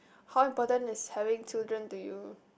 how important is having children to you